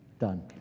Done